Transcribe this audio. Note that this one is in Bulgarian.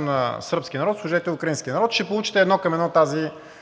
на сръбския народ сложете украинския народ и ще получите едно към едно тази